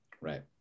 Right